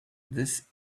this